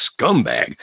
scumbag